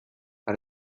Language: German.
bei